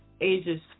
ages